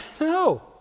No